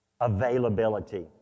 availability